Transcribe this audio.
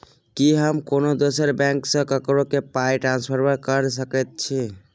की हम कोनो दोसर बैंक सँ ककरो केँ पाई ट्रांसफर कर सकइत छि?